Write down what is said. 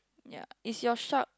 ya is your shark